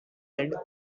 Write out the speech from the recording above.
and